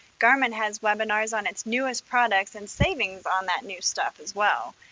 garmin has webinars on its newest products and savings on that new stuff as well.